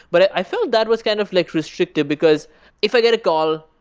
but i felt that was kind of like restrictive, because if i get a call,